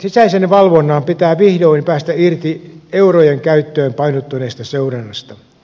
sisäisen valvonnan pitää vihdoin päästä irti eurojen käyttöön painottuneesta seurannasta